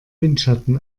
windschatten